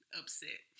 upset